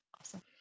Awesome